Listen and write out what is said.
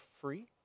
free